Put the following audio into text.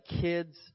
kids